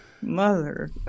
mother